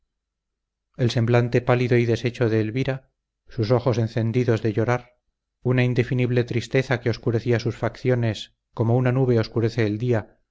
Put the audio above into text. el semblante pálido y deshecho de elvira sus ojos encendidos de llorar una indefinible tristeza que oscurecía sus facciones como una nube oscurece el día